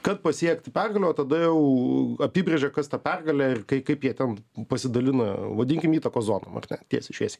kad pasiekti pergalę o tada jau apibrėžė kas ta pergalė ir kai kaip jie ten pasidalina vadinkim įtakos zonom ar ne tiesiai šviesiai